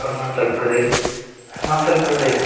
Arunachal Pradesh Himachal Pradesh